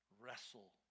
wrestle